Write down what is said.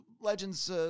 legends